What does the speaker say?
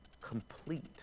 complete